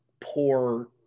poor